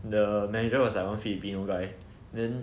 the manager was like one filipino guy then